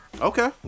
Okay